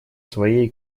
своей